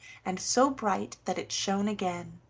and so bright that it shone again.